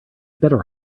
better